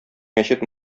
мәчет